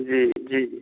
जी जी